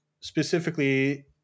specifically